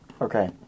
Okay